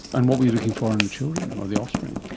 and what were you looking for in the children or the offspring?